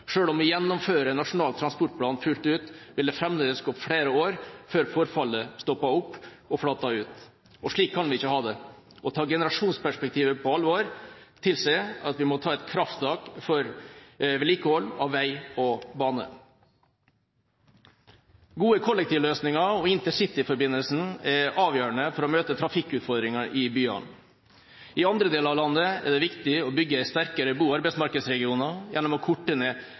om vi gjennomfører Nasjonal transportplan fullt ut, vil det framdeles gå flere år før forfallet stopper opp og flater ut. Slik kan vi ikke ha det. Å ta generasjonsperspektivet på alvor tilsier at vi må ta et krafttak for vedlikehold av vei og bane. Gode kollektivløsninger og intercityforbindelsen er avgjørende for å møte trafikkutfordringene i byene. I andre deler av landet er det viktig å bygge sterkere bo- og arbeidsmarkedsregioner gjennom å korte ned